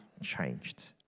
changed